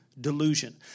delusion